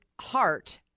heart